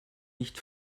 nicht